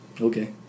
Okay